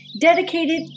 dedicated